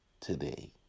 today